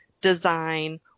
design